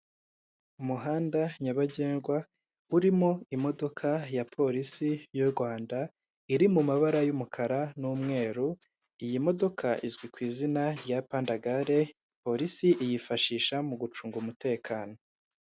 Umuhanda nyabagendwa urimo imodoka ya Polisi y'u Rwanda, iri mu mabara y'umukara n'umweru. Iyi modoka izwi ku izina rya pandagare, Polisi iyifashisha mu gucunga umutekano.